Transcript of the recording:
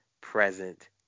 present